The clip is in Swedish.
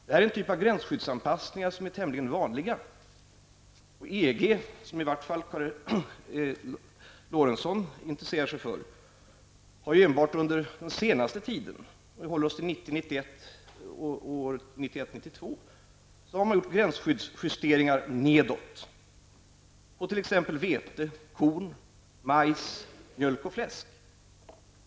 Det här är en typ av gränsskyddsanpassningar som är tämligen vanliga. Och EG, som i varje fall Sven Eric Lorentzon intresserar sig för, har enbart under den senaste tiden, om vi håller oss till 1990, 1991 och 1992, gjort gränsskyddsjusteringar nedåt på t.ex. vete, korn, majs, mjölk och fläsk.